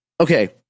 Okay